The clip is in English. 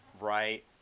right